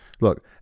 look